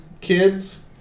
kids